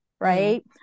right